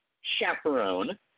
chaperone